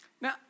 Now